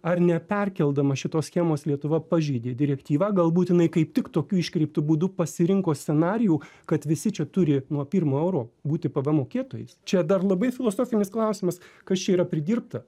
ar neperkeldama šitos schemos lietuva pažeidė direktyvą galbūt jinai kaip tik tokiu iškreiptu būdu pasirinko scenarijų kad visi čia turi nuo pirmo euro būti pvm mokėtojais čia dar labai filosofinis klausimas kas čia yra pridirbta